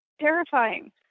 terrifying